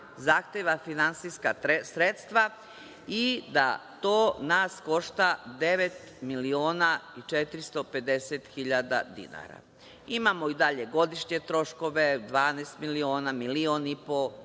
zahteva finansijska sredstva, i da to nas košta devet miliona i 450 hiljada dinara. Imamo dalje i godišnje troškove 12 miliona, milion i po,